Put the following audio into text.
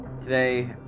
today